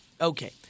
Okay